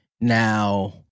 now